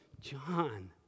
John